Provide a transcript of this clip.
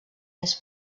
més